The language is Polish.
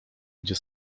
gdzie